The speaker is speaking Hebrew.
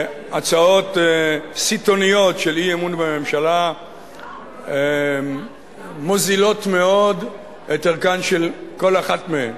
הצעות סיטוניות של אי-אמון בממשלה מוזילות מאוד את ערכה של כל אחת מהן.